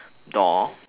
door